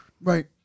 right